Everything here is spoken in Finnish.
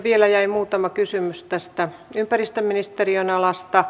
vielä jäi muutama kysymys tästä ympäristöministeriön alasta